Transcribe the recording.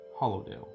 Hollowdale